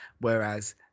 Whereas